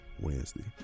Wednesday